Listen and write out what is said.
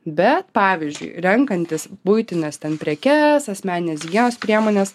bet pavyzdžiui renkantis buitines prekes asmeninės higienos priemones